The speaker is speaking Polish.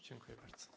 Dziękuję bardzo.